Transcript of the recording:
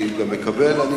אני מקבל את זה,